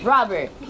Robert